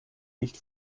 nicht